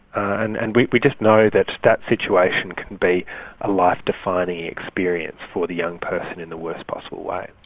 and and we we just know that that situation can be a life-defining experience for the young person in the worst possible way.